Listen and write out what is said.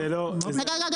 --- זה עירוני.